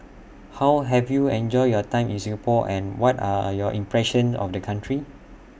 how have you enjoyed your time in Singapore and what are are your impressions of the country